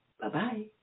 Bye-bye